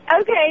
Okay